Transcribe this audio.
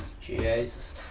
jesus